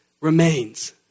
remains